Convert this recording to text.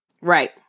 Right